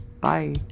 bye